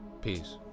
Peace